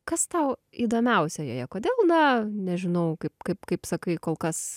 kas tau įdomiausia joje kodėl na nežinau kaip kaip kaip sakai kol kas